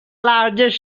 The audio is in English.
largest